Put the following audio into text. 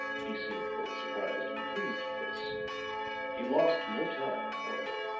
he seemed both surprised and pleased at this he lost no time, however,